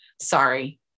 sorry